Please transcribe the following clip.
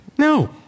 No